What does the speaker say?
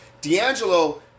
D'Angelo